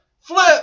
flip